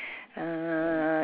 uh